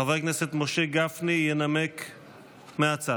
חבר הכנסת משה גפני ינמק מהצד.